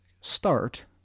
start